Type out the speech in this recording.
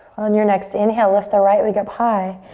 on your next inhale, lift the right leg up high.